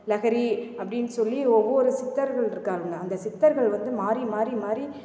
லஹரி அப்படின் சொல்லி ஒவ்வொரு சித்தர்கள் இருக்காங்க அந்த சித்தர்கள் வந்து மாறி மாறி மாறி